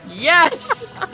Yes